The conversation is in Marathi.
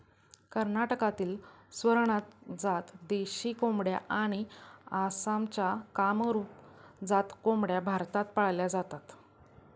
कर्नाटकातील स्वरनाथ जात देशी कोंबड्या आणि आसामच्या कामरूप जात कोंबड्या भारतात पाळल्या जातात